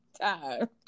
time